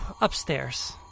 upstairs